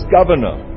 governor